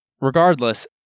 Regardless